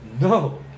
no